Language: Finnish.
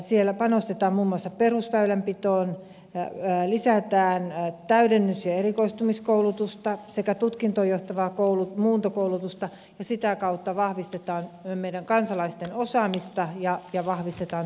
siellä panostetaan muun muassa perusväylänpitoon lisätään täydennys ja erikoistumiskoulutusta sekä tutkintoon johtavaa muuntokoulutusta ja sitä kautta vahvistetaan meidän kansalaisten osaamista ja vahvistetaan työllisyyttä